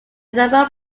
thermal